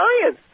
science